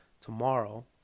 tomorrow